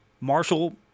Marshall